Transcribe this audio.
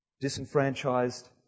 disenfranchised